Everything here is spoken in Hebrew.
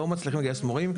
לא מצליחים לגייס מורים.